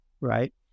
right